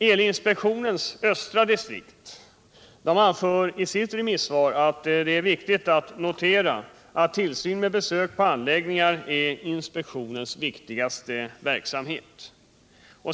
Elinspektionens östra distrikt anför i sitt remissvar, att det är viktigt att notera att tillsyn med besök på anläggningar är inspektionens viktigaste verksamhet.